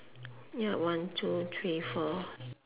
ya one two three four